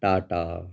Tata